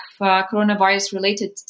coronavirus-related